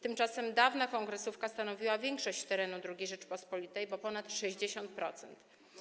Tymczasem dawna Kongresówka stanowiła większość terenu II Rzeczypospolitej, bo ponad 60%.